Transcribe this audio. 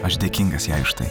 aš dėkingas jai už tai